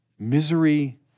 Misery